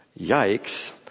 yikes